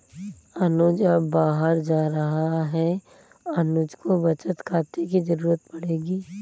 अनुज अब बाहर जा रहा है अनुज को बचत खाते की जरूरत पड़ेगी